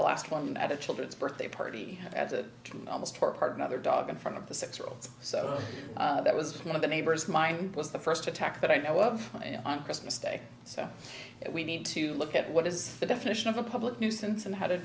the last one at a children's birthday party at a tree almost tore apart other dog in front of the six year old so that was one of the neighbors mine was the first attack that i know of on christmas day so we need to look at what is the definition of a public nuisance and how to